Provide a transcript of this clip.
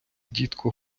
дідько